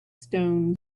stones